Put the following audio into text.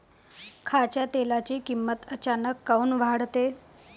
खाच्या तेलाची किमत अचानक काऊन वाढते?